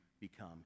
become